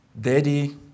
Daddy